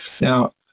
now